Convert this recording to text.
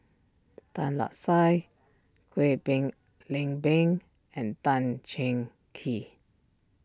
Tan Lark Sye Kwek been Leng Beng and Tan Cheng Kee